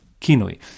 kinui